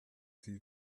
sie